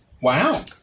Wow